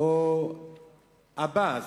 או עבאס?